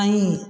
नहि